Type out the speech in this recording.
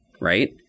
right